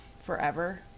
forever